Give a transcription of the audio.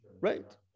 right